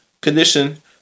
condition